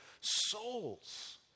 souls